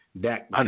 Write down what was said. Dak